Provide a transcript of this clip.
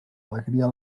alegria